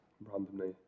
randomly